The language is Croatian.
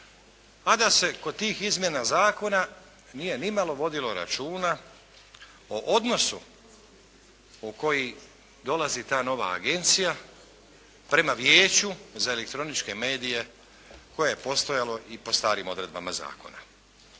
a da se kod tih izmjena zakona nije nimalo vodilo računa o odnosu u koji dolazi ta nova agencija prema Vijeću za elektroničke medije koje je postojalo i po starim odredbama zakona.